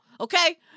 Okay